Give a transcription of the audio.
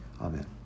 Amen